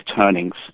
Turnings